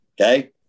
Okay